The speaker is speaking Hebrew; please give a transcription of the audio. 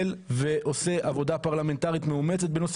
מי שמחרים ועדות באופן סיסטמתי, בוחר לעצמו את